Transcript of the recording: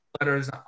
letters